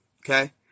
Okay